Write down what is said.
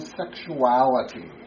sexuality